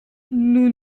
nous